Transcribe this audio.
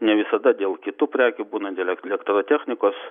ne visada dėl kitų prekių būna dėl elektrotechnikos